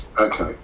Okay